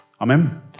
Amen